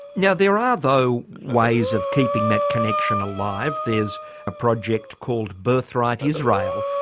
now there are though ways of keeping that connection alive. there's a project called birthright israel,